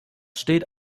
steht